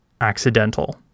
accidental